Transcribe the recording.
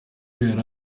yari